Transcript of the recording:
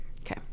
Okay